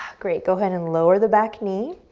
great. go ahead and lower the back knee.